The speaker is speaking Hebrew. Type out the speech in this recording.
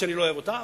שאני לא אוהב אותה,